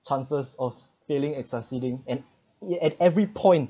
chances of failing and succeeding and e~ at every point